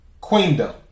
Queendom